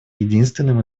единственным